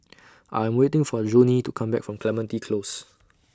I'm waiting For Johnie to Come Back from Clementi Close